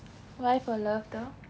why for love though